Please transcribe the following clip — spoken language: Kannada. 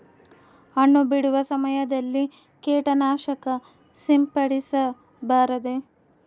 ಹಣ್ಣು ಬಿಡುವ ಸಮಯದಲ್ಲಿ ಕೇಟನಾಶಕ ಸಿಂಪಡಿಸಬಾರದೆ?